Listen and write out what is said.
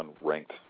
ranked